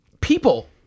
people